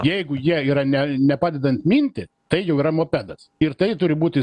jeigu jie yra ne nepadedant minti tai jau yra mopedas ir tai turi būti